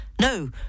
no